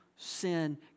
Sin